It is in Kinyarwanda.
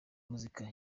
muzika